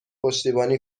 پشتیبانی